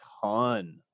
ton